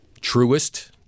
truest